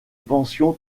pension